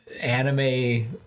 anime